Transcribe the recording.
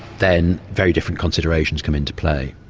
then very different considerations come into play.